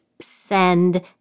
send